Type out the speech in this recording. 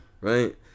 Right